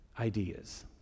ideas